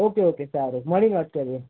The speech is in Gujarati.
ઓકે ઓકે સારું મળીને વાત કરીએ